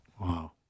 Wow